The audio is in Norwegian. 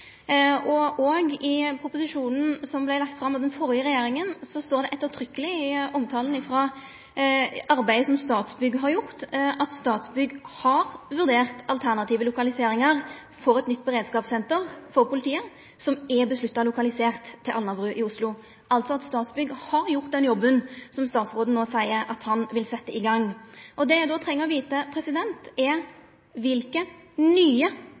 I proposisjonen som vart lagd fram under den førre regjeringa, står det ettertrykkeleg i omtalen av arbeidet som Statsbygg har gjort, at Statsbygg har vurdert alternative lokaliseringar for eit nytt beredskapssenter for politiet, som er vedtatt lokalisert til Alnabru i Oslo – altså at Statsbygg har gjort den jobben som statsråden nå seier at han vil setja i gang. Det eg då treng å vita, er: Kva for nye